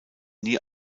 nie